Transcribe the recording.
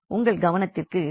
உங்கள் கவனத்திற்கு நன்றி